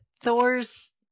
Thor's